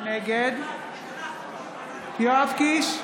נגד יואב קיש,